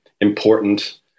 important